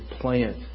plant